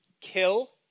kill